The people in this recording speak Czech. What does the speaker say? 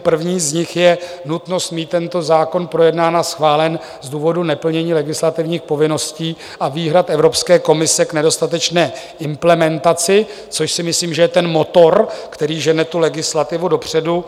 První z nich je nutnost mít tento zákon projednán a schválen z důvodů neplnění legislativních povinností a výhrad Evropské komise k nedostatečné implementaci, což si myslím, že je motor, který žene legislativu dopředu.